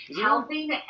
helping